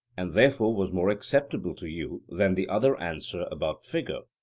and therefore was more acceptable to you than the other answer about figure.